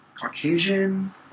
Caucasian